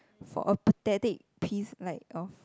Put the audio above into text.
for a pathetic piece like of